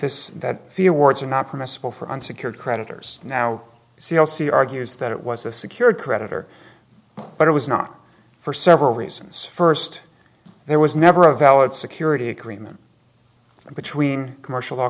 this that few words are not permissible for unsecured creditors now c l c argues that it was a secured creditor but it was not for several reasons first there was never a valid security agreement between commercial